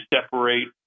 separate